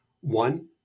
One